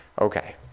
Okay